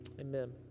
Amen